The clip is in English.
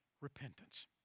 repentance